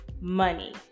money